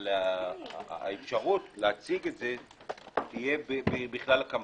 אבל האפשרות להציג את זה תהיה בכלל הקמפיין.